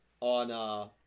on